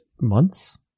months